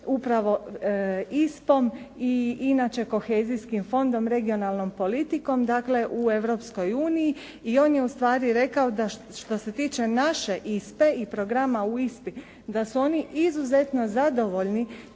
upravo ISPA-om i inače kohezijskim fondom regionalnom politikom, dakle u Europskoj uniji i on je ustvari rekao da što se tiče naše ISPA-e i programa u ISPA-i, da su oni izuzetno zadovoljni